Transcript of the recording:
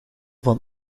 van